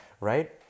right